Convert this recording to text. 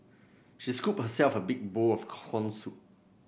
she scooped herself a big bowl of corn soup